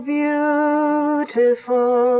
beautiful